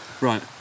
Right